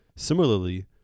Similarly